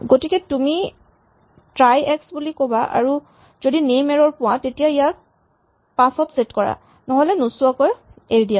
গতিকে তুমি try X বুলি ক'ব পাৰা আৰু যদি নেম এৰ'ৰ পোৱা তেতিয়া ইয়াক ৫ ত ছেট কৰা নহ'লে নোচোৱাকৈ এৰি দিয়া